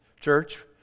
church